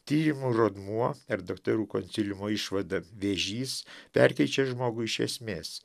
tyrimo rodmuo ir daktarų konsiliumo išvada vėžys perkeičia žmogų iš esmės